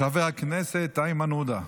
חבר הכנסת איימן עודה,